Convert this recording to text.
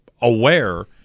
aware